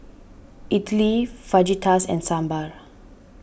Idili Fajitas and Sambar